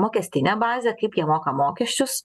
mokestinė bazė kaip jie moka mokesčius